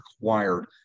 required